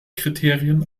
kriterien